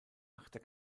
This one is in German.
achter